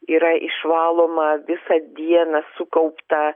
yra išvaloma visa diena sukaupta